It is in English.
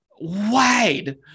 wide